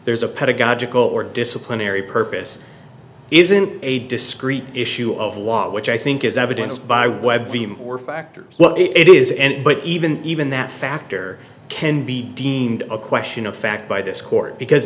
there's a pedagogical or disciplinary purpose isn't a discrete issue of law which i think is evidence by web or factors it is and but even even that factor can be deemed a question of fact by this court because